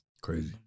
Crazy